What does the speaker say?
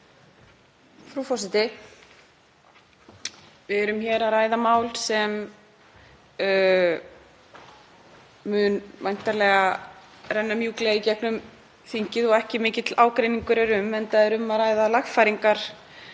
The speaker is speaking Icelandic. Frú forseti. Við ræðum hér mál sem mun væntanlega renna mjúklega í gegnum þingið og ekki mikill ágreiningur er um, enda um að ræða lagfæringar